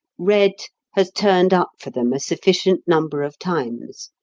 red has turned up for them a sufficient number of times,